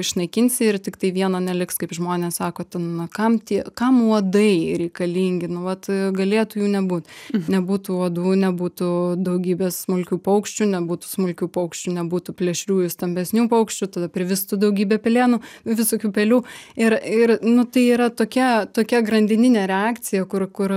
išnaikinsi ir tiktai vieno neliks kaip žmonės sako ten kam tie kam uodai reikalingi nu vat galėtų jų nebūt nebūtų uodų nebūtų daugybės smulkių paukščių nebūtų smulkių paukščių nebūtų plėšriųjų stambesnių paukščių tada privistų daugybė pelėnų visokių pelių ir ir nu tai yra tokia tokia grandininė reakcija kur kur